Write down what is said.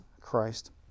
Christ